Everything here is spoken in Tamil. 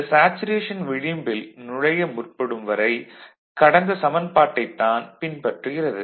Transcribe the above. இந்த சேச்சுரேஷன் விளிம்பில் நுழைய முற்படும் வரை கடந்த சமன்பாட்டைத் தான் பின்பற்றுகிறது